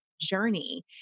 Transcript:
journey